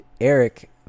eric